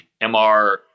MR